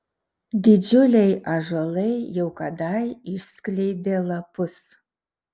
didžiuliai ąžuolai jau kadai išskleidė lapus